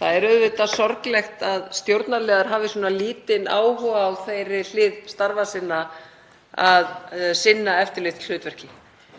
Það er auðvitað sorglegt að stjórnarliðar hafi svona lítinn áhuga á þeirri hlið starfa sinna að sinna eftirlitshlutverki.